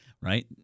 Right